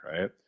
right